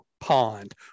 pond